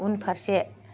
उनफारसे